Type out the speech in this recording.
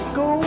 go